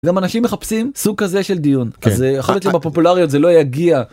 גם אנשים מחפשים סוג כזה של דיון אז יכול להיות שבפופולריות זה לא יגיע.